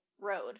road